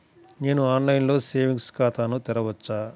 నేను ఆన్లైన్లో సేవింగ్స్ ఖాతాను తెరవవచ్చా?